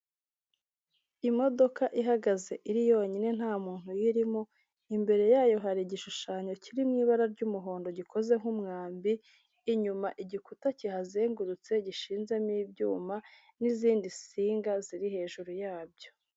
Imodoka ihagaze iri yonyine nta muntu uyirimo, imbere yayo hari igishushanyo kiri mu ibara ry'umuhondo gikoze nk'umwambi, inyuma igikuta kihazengurutse gishinzemo ibyuma, n'izindi nsinga ziri hejuru yabyo.